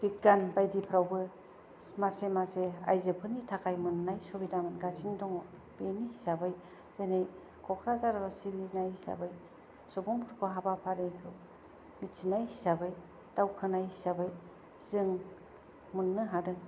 बिज्ञान बायदिफ्रावबो मासे मासे आइजोफोरनि थाखाय मोन्नाय सुबिदा मोनगासिनो दङ बेनि हिसाबै जेरै क'क्राझार सिबिनाय हिसाबै सुबुंफोरखौ हाबाफारिखौ मिथिनाय हिसाबै दावखोनाय हिसाबै जों मोन्नो हादों